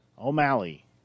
O'Malley